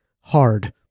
hard